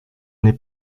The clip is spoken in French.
n’est